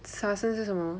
茶圣是什么